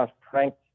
pranked